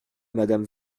madame